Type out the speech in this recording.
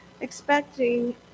expecting